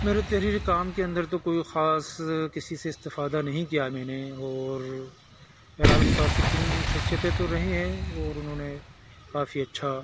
میرے تحریری کام کے اندر تو کوئی خاص کسی سے استفادہ نہیں کیا ہے میں نے اور بہرحال متاثر کن شخصیتیں تو رہی ہیں اور انہوں نے کافی اچھا